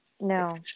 no